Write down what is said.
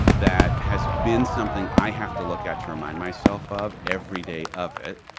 that has been something i have to look at to remind myself of every day of it.